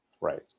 Right